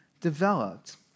developed